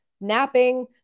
napping